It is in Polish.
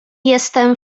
jestem